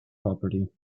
property